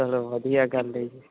ਚਲੋ ਵਧੀਆ ਗੱਲ ਹੈ